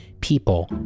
people